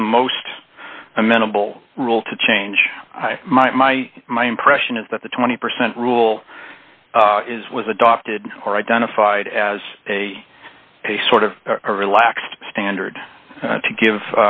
is the most amenable rule to change my my my impression is that the twenty percent rule is was adopted or identified as a sort of relaxed standard to